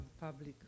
public